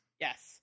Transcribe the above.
yes